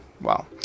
Wow